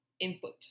input